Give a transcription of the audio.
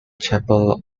chapel